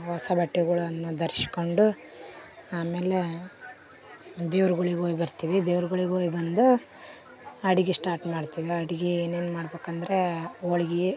ಹೊಸ ಬಟ್ಟೆಗಳನ್ನ ಧರಿಸ್ಕೊಂಡು ಆಮೇಲೆ ದೇವ್ರುಗಳಿಗ್ ಹೋಯ್ ಬರ್ತೀವಿ ದೇವ್ರುಗಳಿಗ್ ಹೊಯ್ ಬಂದು ಅಡಿಗೆ ಸ್ಟಾರ್ಟ್ ಮಾಡ್ತೀವಿ ಅಡಿಗೆ ಏನೇನು ಮಾಡ್ಬೇಕ್ ಅಂದರೆ ಹೋಳ್ಗೆ